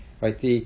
right